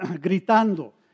gritando